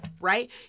right